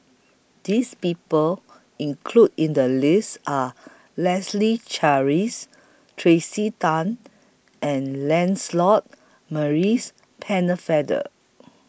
This People included in The list Are Leslie Charteris Tracey Tan and Lancelot Maurice Pennefather